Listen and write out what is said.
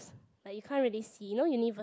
like you can't really see you know univers~